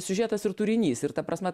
siužetas ir turinys ir ta prasme